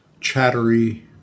chattery